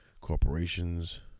corporations